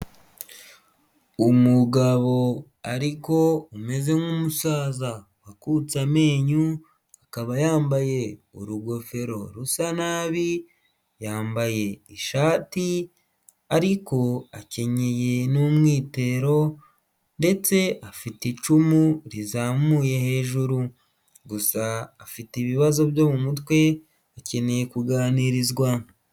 Umugabo ariko umeze nk'umusaza wakutse amenyo akaba yambaye urugofero rusa nabi, yambaye ishati ariko akenyeye n'umwitero ndetse afite icumu rizamuye hejuru gusa afite ibibazo byo mu mutwe akeneye kuganirizwa.